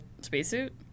spacesuit